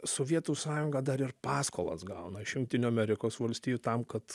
sovietų sąjunga dar ir paskolas gauna iš jungtinių amerikos valstijų tam kad